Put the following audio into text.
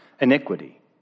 iniquity